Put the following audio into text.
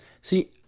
See